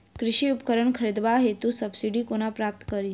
कृषि उपकरण खरीदबाक हेतु सब्सिडी कोना प्राप्त कड़ी?